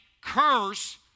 curse